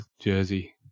jersey